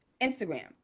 Instagram